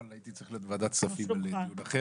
אבל הייתי צריך להיות בוועדת כספים לעניין אחר.